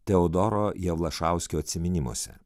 teodoro jevlašauskio atsiminimuose